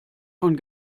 von